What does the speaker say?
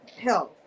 health